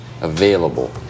available